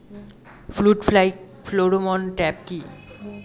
Fruit fly pheromone trap কি?